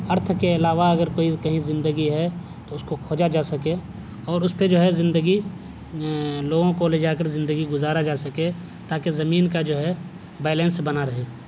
ارتھ کے علاوہ اگر کوئی کہیں زندگی ہے تو اس کو کھوجا جا سکے اور اس پہ جو ہے زندگی لوگوں کو لے جا کر زندگی گزارا جا سکے تاکہ زمین کا جو ہے بیلینس بنا رہے